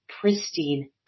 pristine